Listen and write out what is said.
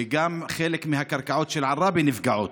וגם חלק מהקרקעות של עראבה נפגעות.